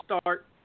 start